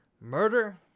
murder